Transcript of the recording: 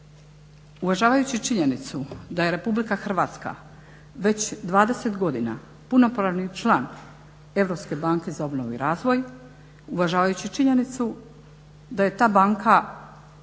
Uvažavajući činjenicu da je Republika Hrvatska već 20 godina punopravni član Europske banke za obnovu i razvoj, uvažavajući činjenicu da je ta banka